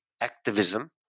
activism